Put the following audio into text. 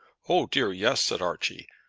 o dear, yes, said archie.